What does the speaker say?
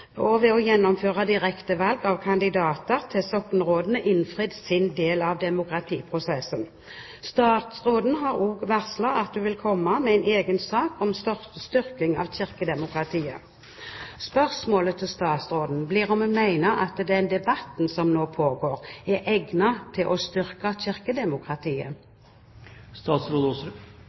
og ved å gjennomføre direkte valg av kandidater til soknerådene innfridd sin del av demokratiprosessen. Statsråden har også varslet at hun vil komme med en egen sak om styrking av kirkedemokratiet. Spørsmålet til statsråden blir om hun mener at den debatten som nå pågår, er egnet til å styrke